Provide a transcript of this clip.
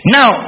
Now